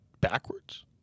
backwards